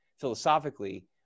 philosophically